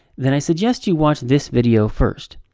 then i suggest you watch this video, first.